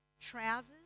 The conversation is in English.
trousers